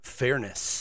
fairness